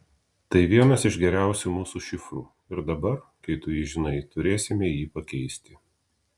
tai vienas iš geriausių mūsų šifrų ir dabar kai tu jį žinai turėsime jį pakeisti